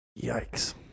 Yikes